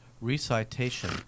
recitation